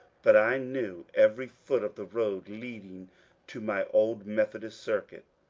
but i knew every foot of the road leading to my old methodist circuit.